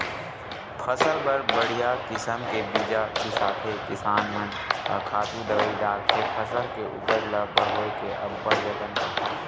फसल बर बड़िहा किसम के बीजा बिसाथे किसान मन ह खातू दवई डारथे फसल के उपज ल बड़होए के अब्बड़ जतन करथे